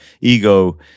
ego